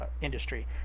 industry